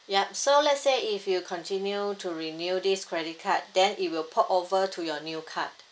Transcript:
yup so let's say if you continue to renew this credit card then it will port over to your new card